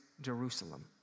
Jerusalem